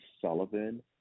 Sullivan